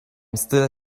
still